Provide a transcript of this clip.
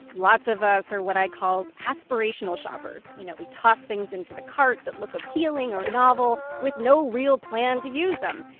lots of us are what i call aspirational shoppers. you know, we toss things into the cart that look appealing or novel with no real plan to use them.